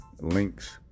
links